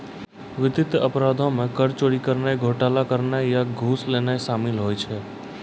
वित्तीय अपराधो मे कर चोरी करनाय, घोटाला करनाय या घूस लेनाय शामिल होय छै